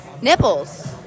Nipples